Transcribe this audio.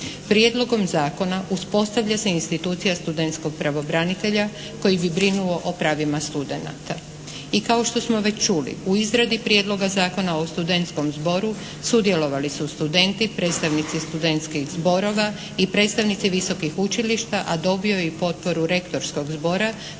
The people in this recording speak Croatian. Prijedlogom zakona uspostavlja se institucija studentskog pravobranitelja koji bi brinuo o pravima studenata. I kao što smo već čuli, u izradi Prijedloga zakona o studentskom zboru sudjelovali su studenti, predstavnici studentskih zborova i predstavnici Visokih učilišta, a dobio je i potporu rektorskog zbora,